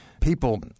people